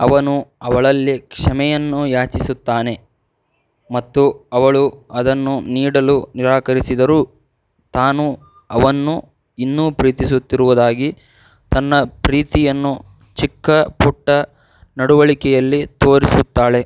ಅವನು ಅವಳಲ್ಲಿ ಕ್ಷಮೆಯನ್ನು ಯಾಚಿಸುತ್ತಾನೆ ಮತ್ತು ಅವಳು ಅದನ್ನು ನೀಡಲು ನಿರಾಕರಿಸಿದರೂ ತಾನು ಅವನನ್ನು ಇನ್ನೂ ಪ್ರೀತಿಸುತ್ತಿರುವುದಾಗಿ ತನ್ನ ಪ್ರೀತಿಯನ್ನು ಚಿಕ್ಕಪುಟ್ಟ ನಡುವಳಿಕೆಯಲ್ಲಿ ತೋರಿಸುತ್ತಾಳೆ